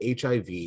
HIV